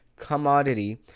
commodity